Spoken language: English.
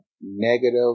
Negative